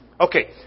Okay